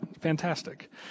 Fantastic